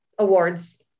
awards